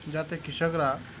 যাতে কৃষকরা